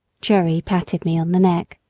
jerry patted me on the neck